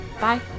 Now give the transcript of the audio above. bye